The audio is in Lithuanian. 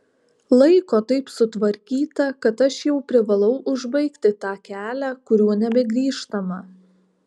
laiko taip sutvarkyta kad aš jau privalau užbaigti tą kelią kuriuo nebegrįžtama